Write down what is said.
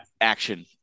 action